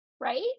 right